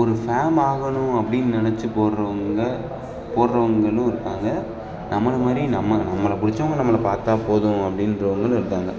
ஒரு ஃபேம் ஆகணும் அப்படின்னு நினச்சி போடுறவங்க போடுறவங்களும் இருக்காங்க நம்ம மாதிரி நம்ம நம்ம பிடிச்சவங்க நம்ம பார்த்தா போதும் அப்படின்றவங்களும் இருக்காங்க